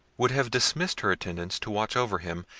would have dismissed her attendants to watch over him,